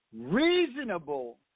reasonable